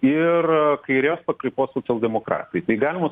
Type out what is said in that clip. ir kairės pakraipos socialdemokratai tai galima